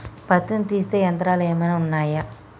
పత్తిని తీసే యంత్రాలు ఏమైనా ఉన్నయా?